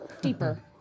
deeper